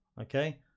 Okay